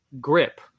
grip